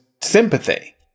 sympathy